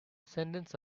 sentences